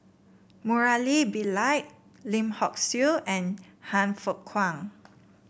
Murali Pillai Lim Hock Siew and Han Fook Kwang